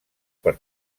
per